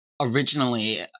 originally